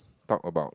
talk about